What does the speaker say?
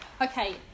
Okay